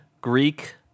Greek